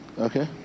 Okay